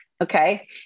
Okay